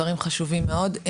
דברים חשובים מאוד.